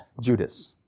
Judas